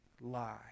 lie